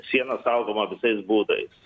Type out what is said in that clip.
siena saugoma visais būdais